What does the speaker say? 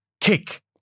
Kick